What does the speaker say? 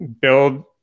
build